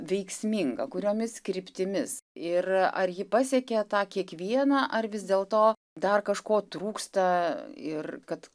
veiksminga kuriomis kryptimis ir ar ji pasiekė tą kiekvieną ar vis dėlto dar kažko trūksta ir kad